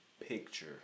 picture